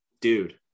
dude